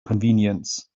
convenience